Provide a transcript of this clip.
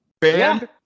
band